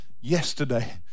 yesterday